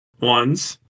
ones